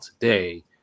today